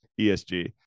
ESG